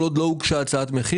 אבל כל עוד לא הוגשה הצעת מחיר,